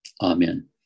Amen